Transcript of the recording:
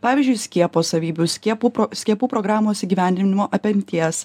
pavyzdžiui skiepo savybių skiepų pro skiepų programos įgyvendinimo apemties